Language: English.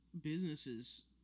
businesses